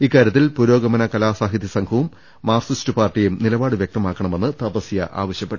ഇക്കാര്യത്തിൽ പുരോഗമന കലാസാ ഹിത്യ സംഘവും മാർക്സിസ്റ്റ് പാർട്ടിയും നിലപാട് വ്യക്തമാക്കണമെന്ന് തപസ്യ ആവശ്യപ്പെട്ടു